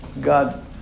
God